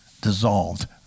dissolved